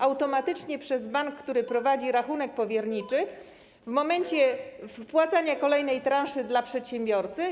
automatycznie przez bank, który prowadzi rachunek powierniczy, w momencie wpłacania kolejnej transzy dla przedsiębiorcy?